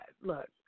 look